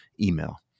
email